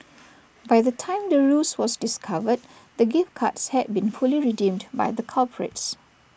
by the time the ruse was discovered the gift cards had been fully redeemed by the culprits